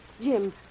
Jim